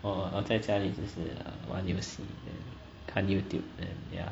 我我在家里就是玩游戏看 youtube and yeah